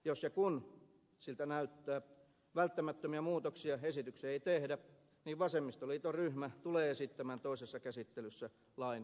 jos ja kun siltä näyttää välttämättömiä muutoksia esitykseen ei tehdä niin vasemmistoliiton ryhmä tulee esittämään toisessa käsittelyssä lain hylkäämistä